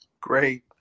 Great